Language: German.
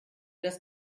das